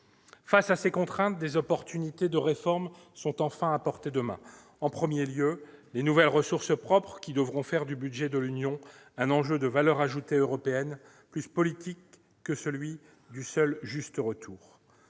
Devant ces contraintes, plusieurs réformes sont enfin à portée de main. En premier lieu, les nouvelles ressources propres devront faire du budget de l'Union un enjeu de « valeur ajoutée européenne » plus politique que celui du seul « juste retour